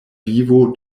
vivo